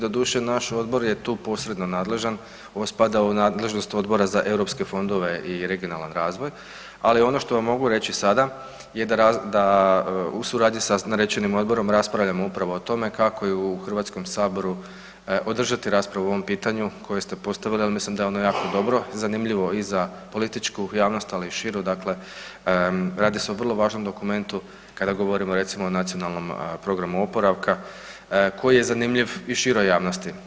Doduše, naš Odbor je tu posredno nadležan, on spada u nadležnost Odbora za europske fondove i regionalan razvoj, ali ono što vam mogu reći sada je da u suradnji sa rečenim odborom raspravljamo upravo o tome kako je u HS-u održati raspravu o ovom pitanju koje ste postavili, mislim da je ono jako dobro, zanimljivo i za političku javnost, ali i širu, dakle radi se o vrlo važnom dokumentu kada govorimo, recimo o nacionalnom programu oporavka koji je zanimljiv i široj javnosti.